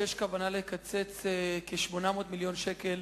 שיש כוונה לקצץ כ-800 מיליון שקל